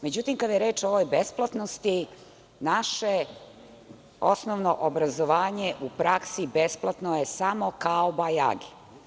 Međutim, kada je reč o ovoj besplatnosti, naše osnovno obrazovanje u praksi, besplatno je samo kao bajagi.